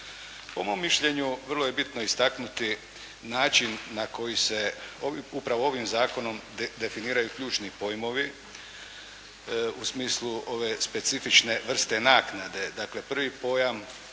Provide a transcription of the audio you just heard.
Po mom mišljenju vrlo je bitno istaknuti način na koji se upravo ovim zakonom definiraju ključni pojmovi u smislu ove specifične vrste naknade. Dakle prvi pojam